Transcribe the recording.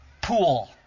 pool